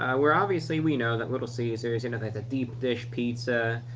ah where obviously we know that little caesars, you know that the deep-dish pizza,